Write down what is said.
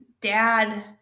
Dad